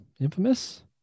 Infamous